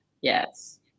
Yes